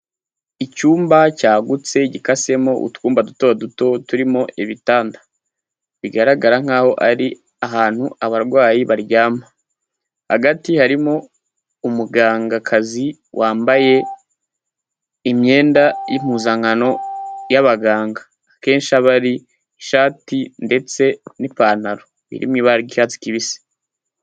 Icyumba cyagutse gikasemo utuwumba dutoduto turimo ibitanda bigaragara nkaho ari ahantu abarwayi baryama, hagati harimo umugangakazi wambaye imyenda y'impuzankano y'abaganga akenshi aba ari ishati ndetse n'ipantaro iri mu ibara ry'icyatsi kibisi.